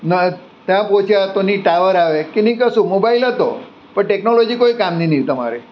ને ત્યાં પહોંચ્યાં તો નહીં ટાવર આવે કે નહીં કશું મોબાઈલ હતો પણ ટેકનોલોજી કંઈ કામની નહીં તમારે